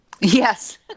Yes